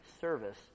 service